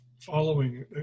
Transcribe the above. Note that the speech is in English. following